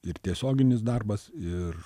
ir tiesioginis darbas ir